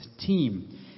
team